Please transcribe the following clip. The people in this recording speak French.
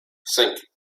cinq